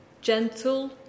gentle